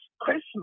Christmas